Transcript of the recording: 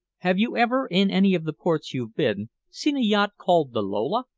have you ever, in any of the ports you've been, seen a yacht called the lola?